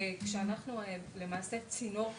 הבנקים הם למעשה צינור כאן,